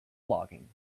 logging